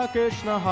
Krishna